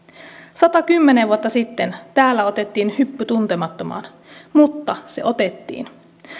satakymmentä vuotta sitten täällä otettiin hyppy tuntemattomaan mutta se otettiin